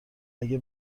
اگه